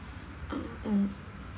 uh mm